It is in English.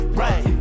right